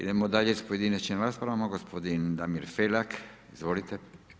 Idemo dalje s pojedinačnim raspravama, gospodin Damir Felak, izvolite.